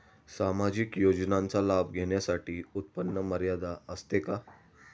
सामाजिक योजनांचा लाभ घेण्यासाठी उत्पन्न मर्यादा असते का?